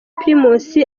primus